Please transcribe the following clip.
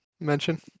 mention